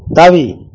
தாவி